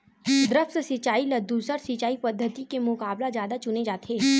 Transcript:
द्रप्स सिंचाई ला दूसर सिंचाई पद्धिति के मुकाबला जादा चुने जाथे